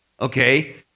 okay